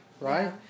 Right